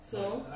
so